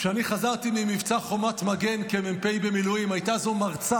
כשאני חזרתי ממבצע חומת מגן כמ"פ במילואים הייתה זו מרצה